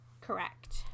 Correct